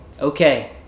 Okay